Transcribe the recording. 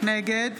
נגד